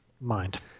mind